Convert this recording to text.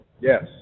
Yes